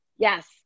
Yes